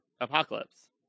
apocalypse